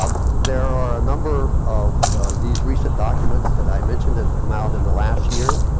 um there are a number of these recent documents that i've mentioned have come out in the last year.